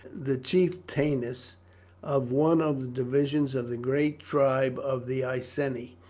the chieftainess of one of the divisions of the great tribe of the iceni,